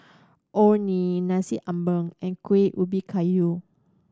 Orh Nee Nasi Ambeng and Kueh Ubi Kayu